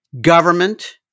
government